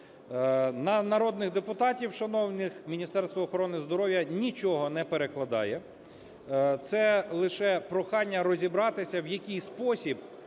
На народних депутатів шановних Міністерство охорони здоров'я нічого не перекладає. Це лише прохання – розібратися, в який спосіб